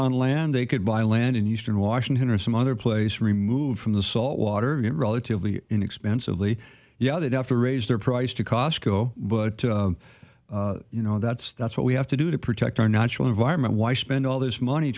on land they could buy land and used in washington or some other place removed from the salt water get relatively inexpensively yeah they'd have to raise their price to cosco but you know that's that's what we have to do to protect our natural environment why spend all this money